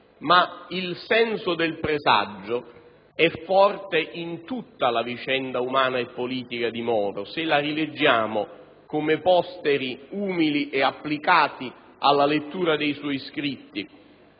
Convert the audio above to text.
ma il senso del presagio è forte in tutta la vicenda umana e politica di Moro, se la rileggiamo come posteri umili e applicati alla lettura dei suoi scritti.